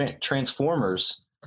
Transformers